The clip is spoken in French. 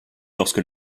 lorsque